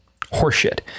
horseshit